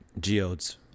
Geodes